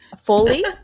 fully